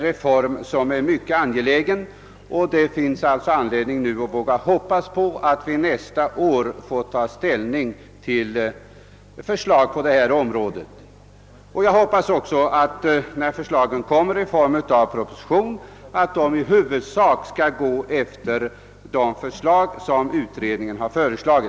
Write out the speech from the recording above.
Reformen är mycket angelägen, och det finns nu anledning att hoppas att vi nästa år får ta ställning till förslag på detta område. Jag hoppas också att förslagen när de framläggs i en proposition i huvudsak skall följa utredningens förslag.